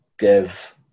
Give